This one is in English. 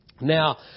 Now